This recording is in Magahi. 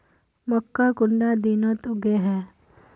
मक्का कुंडा दिनोत उगैहे?